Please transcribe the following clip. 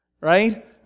right